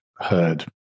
heard